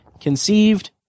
conceived